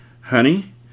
Honey